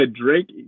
Drake